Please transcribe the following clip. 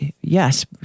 yes